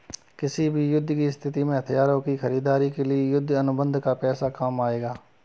किसी भी युद्ध की स्थिति में हथियार की खरीदारी के लिए युद्ध अनुबंध का पैसा काम आएगा